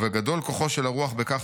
"וגדול כוחו של הרוח בכך,